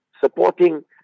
supporting